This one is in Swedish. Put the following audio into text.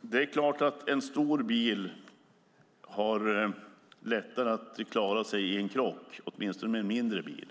Det är klart att en stor bil har lättare att klara sig i en krock, åtminstone med en mindre bil.